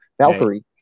Valkyrie